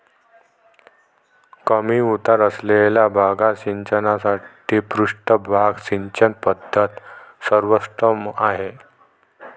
कमी उतार असलेल्या भागात सिंचनासाठी पृष्ठभाग सिंचन पद्धत सर्वोत्तम आहे